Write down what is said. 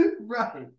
Right